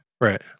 Right